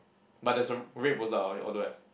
but there's a red poster or you or don't have